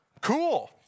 cool